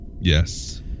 Yes